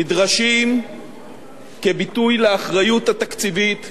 נדרשים כביטוי לאחריות התקציבית,